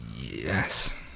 Yes